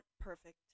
perfect